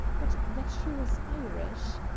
but that she was irish.